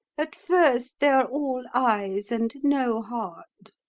at first they are all eyes and no heart.